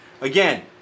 Again